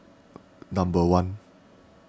number one